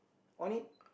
on it